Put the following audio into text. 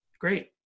Great